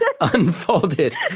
unfolded